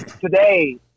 today